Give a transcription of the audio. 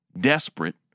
Desperate